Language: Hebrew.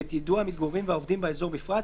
ואת יידוע המתגוררים והעובדים באזור בפרט,